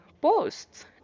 posts